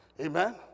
Amen